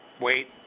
wait